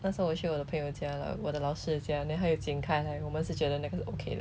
那时候我去我的朋友家 lah 我的老的家 then 还有 jing kai 来我们是觉得那个是 okay 的